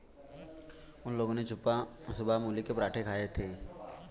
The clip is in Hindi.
उन लोगो ने सुबह मूली के पराठे खाए थे